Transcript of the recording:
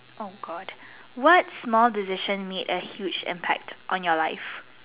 oh God what small decision made a huge impact on your life